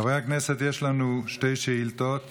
חברי הכנסת, יש לנו שתי שאילתות